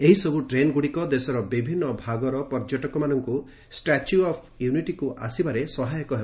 ଏହିସବୁ ଟ୍ରେନ୍ଗୁଡ଼ିକ ଦେଶର ବିଭିନ୍ନ ଭାଗର ପର୍ଯ୍ୟଟକମାନଙ୍କୁ ଷ୍ଟାଚ୍ୟୁ ଅଫ୍ ୟୁନିଟିକୁ ଆସିବାରେ ସହାୟକ ହେବ